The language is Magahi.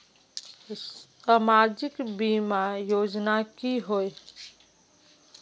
सामाजिक बीमा योजना की होय?